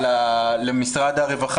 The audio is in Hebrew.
למשרד הרווחה,